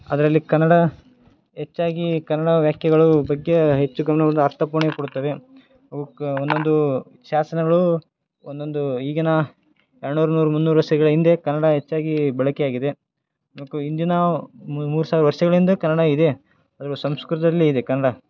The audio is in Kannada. ಅದರಲ್ಲಿ ಕನ್ನಡ ಹೆಚ್ಚಾಗಿ ಕನ್ನಡ ವಾಕ್ಯಗಳು ಬಗ್ಗೆ ಹೆಚ್ಚು ಗಮನ ಒಂದು ಅರ್ಥಪೂರ್ಣ ಕೊಡುತ್ತವೆ ಅವ್ಕೆ ಒಂದೋನು ಶಾಸನಗಳು ಒಂದೊಂದು ಈಗಿನ ಏಳ್ನೂರ ನೂರು ಮುನ್ನೂರು ವರ್ಷಗಳ ಹಿಂದೆ ಕನ್ನಡ ಹೆಚ್ಚಾಗಿ ಬಳಕೆ ಆಗಿದೆ ಅವಕ್ಕೂ ಹಿಂದಿನ ಮೂರು ಸಾವಿರ ವರ್ಷಗಳಿಂದ ಕನ್ನಡ ಇದೆ ಅದು ಸಂಸ್ಕೃತದಲ್ಲಿ ಇದೆ ಕನ್ನಡ